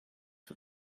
for